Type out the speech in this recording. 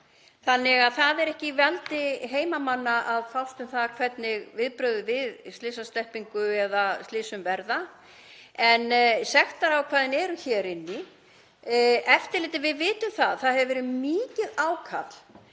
þannig að það er ekki í valdi heimamanna að fást um það hvernig viðbrögð við slysasleppingum eða slysum verða en sektarákvæðin eru hér inni. Varðandi eftirlitið þá vitum við að það hefur verið mikið ákall